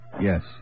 Yes